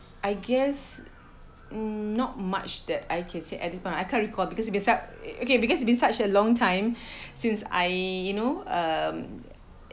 I guess not much that I can say at this point I can't recall because be such okay because been such a long time since I you know um